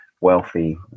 wealthy